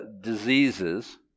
diseases